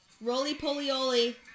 Roly-poly-oly